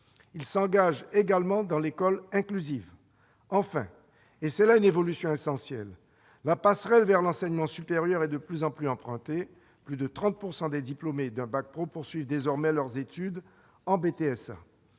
Il s'engage également dans l'école inclusive. Enfin-c'est là une évolution essentielle-, la passerelle vers l'enseignement supérieur est de plus en plus empruntée : plus de 30 % des diplômés d'un bac pro poursuivent désormais leurs études en BTSA,